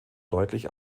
deutlich